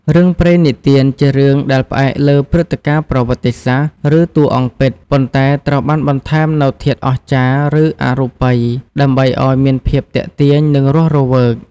រឿងព្រេងនិទានជារឿងដែលផ្អែកលើ ព្រឹត្តិការណ៍ប្រវត្តិសាស្ត្រ ឬ តួអង្គពិត ប៉ុន្តែត្រូវបានបន្ថែមនូវធាតុ អស្ចារ្យ ឬ អរូបី ដើម្បីឲ្យមានភាពទាក់ទាញ និងរស់រវើក ។